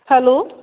hello